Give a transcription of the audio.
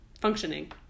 Functioning